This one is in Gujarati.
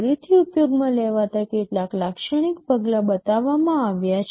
ફરીથી ઉપયોગમાં લેવાતા કેટલાક લાક્ષણિક પગલા બતાવવામાં આવ્યા છે